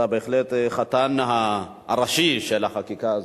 אתה בהחלט חתן הראשי של החקיקה הזאת.